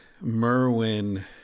Merwin